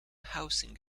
housing